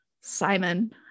Simon